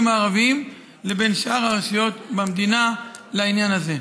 הערביים ובין שאר הרשויות במדינה בעניין הזה.